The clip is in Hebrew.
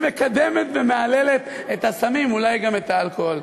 שמקדמת ומהללת את הסמים, אולי גם את האלכוהול.